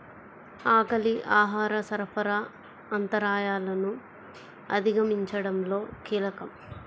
ఆకలి ఆహార సరఫరా అంతరాయాలను అధిగమించడంలో కీలకం